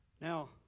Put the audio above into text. Now